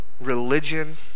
religion